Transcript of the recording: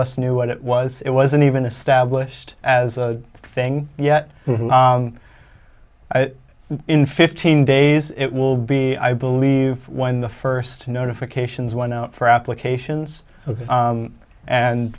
us knew what it was it wasn't even established as a thing yet in fifteen days it will be i believe when the first notifications went out for applications